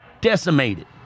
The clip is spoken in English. decimated